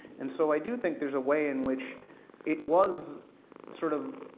and so i do think there's a way in which it was sort of,